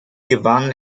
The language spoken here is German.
gewann